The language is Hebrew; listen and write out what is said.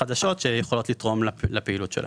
חדשות שיכולות לתרום לפעילות שלה.